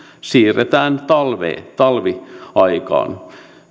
siirretään talviaikaan talviaikaan